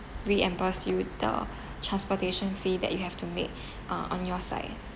reimburse you the transportation fee that you have to make uh on your side